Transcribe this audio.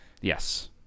Yes